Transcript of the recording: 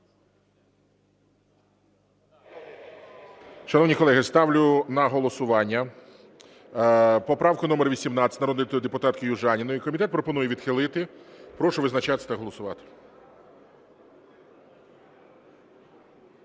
Шановні колеги, ставлю на голосування поправку номер 18 народної депутатки Южаніної. Комітет пропонує відхилити. Прошу визначатись та голосувати.